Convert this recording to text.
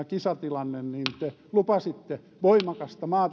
kisatilanne niin te lupasitte voimakasta